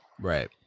Right